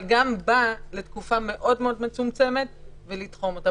אבל גם אז לתקופה מצומצמת מאוד שתוחמים אותה.